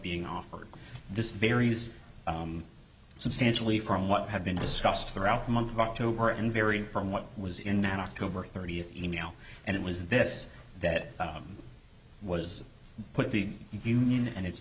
being offered this varies substantially from what had been discussed throughout the month of october and vary from what was in that october thirtieth e mail and it was this that was put the union and its